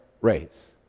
race